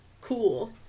cool